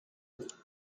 nous